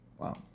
Wow